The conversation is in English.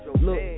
Look